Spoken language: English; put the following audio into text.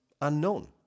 unknown